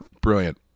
Brilliant